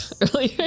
earlier